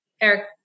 Eric